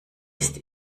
ist